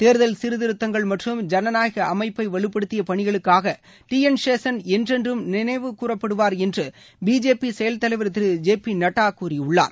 தேர்தல் சீர்திருத்தங்கள் மற்றம் ஜனநாயக அமைப்பை வலுப்படுத்திய பணிகளுக்காக டி என் சேஷன் என்றென்றும் நினைவுக்கூறப்படுவார் என்று பிஜேபி செயல் தலைவர் திரு ஜே பி நட்டா கூறியுள்ளார்